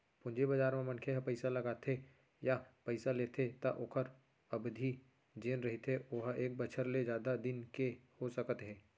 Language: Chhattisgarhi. पूंजी बजार म मनखे ह पइसा लगाथे या पइसा लेथे त ओखर अबधि जेन रहिथे ओहा एक बछर ले जादा दिन के हो सकत हे